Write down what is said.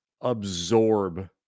absorb